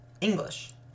English